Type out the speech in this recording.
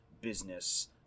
business